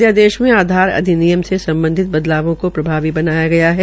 अध्यादेश देश में आधार अधिनियम में सम्बधित बदलावों को प्रभावी बनाया गया है